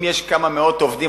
אם יש כמה מאות עובדים,